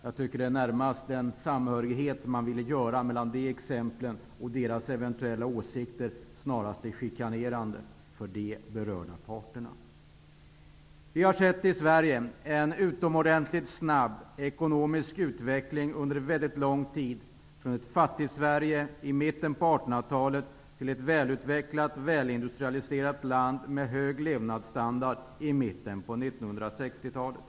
Jag tycker att den samhörighet man ville åstadkomma mellan dessa exempel och deras eventuella åsikter snarast är chikanerande för de berörda parterna. Vi har i Sverige sett en utomordentligt snabb ekonomisk utveckling under mycket lång tid, från ett Fattigsverige i mitten på 1800-talet till ett välutvecklat och välindustrialiserat land med hög levnadsstandard i mitten på 1960-talet.